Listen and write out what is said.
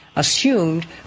assumed